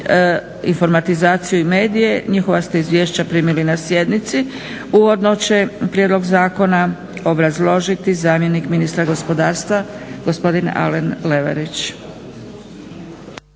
informatizaciju i medije, njihova ste izvješća primili na sjednici. Uvodno će prijedlog zakona obrazložiti zamjenik ministra gospodarstva gospodin Alen Leverić.